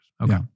Okay